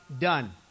done